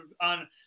on